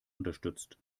unterstützt